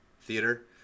theater